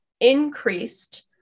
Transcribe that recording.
increased